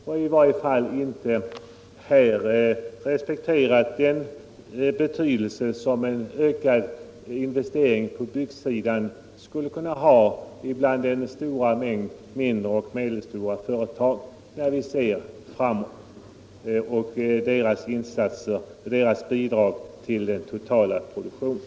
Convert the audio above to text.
Däremot har den inte tagit hänsyn till den betydelse som en ökad byggnadsinvestering skulle kunna ha för den stora mängden mindre och medelstora företag och därmed till deras bidrag till en ökad produktion.